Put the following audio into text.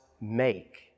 make